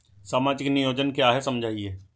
सामाजिक नियोजन क्या है समझाइए?